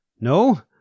No